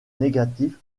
négatif